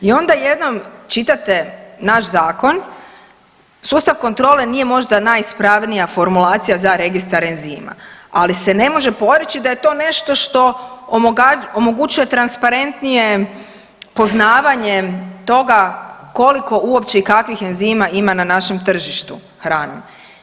I onda jednom čitate naš zakon, sustav kontrole nije možda najispravnija formulacija za registar enzima, ali se ne može poreći da je to nešto što omogućuje transparentnije poznavanje toga koliko uopće i kakvih enzima ima na našem tržištu hrane.